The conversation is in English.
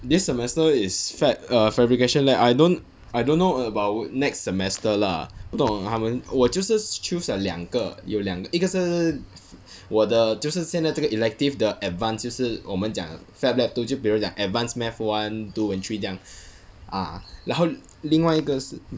this semester is fab err fabrication lab I don't I don't know about next semester lah 不懂他们我就是 choose 了两个有两个一个是我的就是现在这个 elective 的 advance 就是我们讲 fab lab two 就比如讲 advanced math one two three 这样然后另外一个是